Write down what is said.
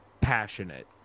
passionate